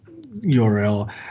URL